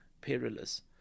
perilous